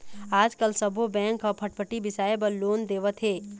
आजकाल सब्बो बेंक ह फटफटी बिसाए बर लोन देवत हे